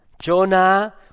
Jonah